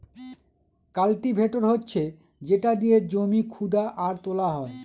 cultivator হচ্ছে যেটা দিয়ে জমি খুদা আর তোলা হয়